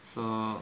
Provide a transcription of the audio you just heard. so